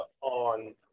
on